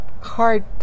hard